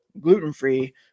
gluten-free